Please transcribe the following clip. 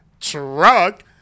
truck